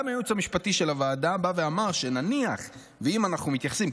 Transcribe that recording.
גם הייעוץ המשפטי של הוועדה בא ואמר שנניח שאם אנחנו מתייחסים,